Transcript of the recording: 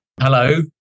Hello